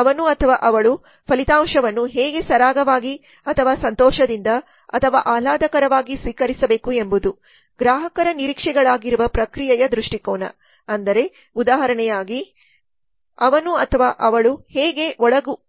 ಅವನು ಅಥವಾ ಅವಳು ಫಲಿತಾಂಶವನ್ನು ಹೇಗೆ ಸರಾಗವಾಗಿ ಅಥವಾ ಸಂತೋಷದಿಂದ ಅಥವಾ ಆಹ್ಲಾದಕರವಾಗಿ ಸ್ವೀಕರಿಸಬೇಕು ಎಂಬುದು ಗ್ರಾಹಕರ ನಿರೀಕ್ಷೆಗಳಾಗಿರುವ ಪ್ರಕ್ರಿಯೆಯ ದೃಷ್ಟಿಕೋನ ಅಂದರೆ ಉದಾಹರಣೆಯಾಗಿ ಸಂಬಂಧ್ ಅವನು ಅಥವಾ ಅವಳು ಹೇಗೆ